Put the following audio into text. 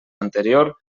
anterior